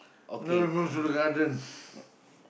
now we move to the garden